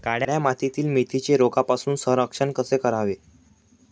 काळ्या मातीतील मेथीचे रोगापासून संरक्षण कसे करावे?